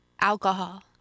Alcohol